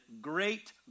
great